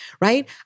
right